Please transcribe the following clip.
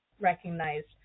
recognized